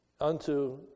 unto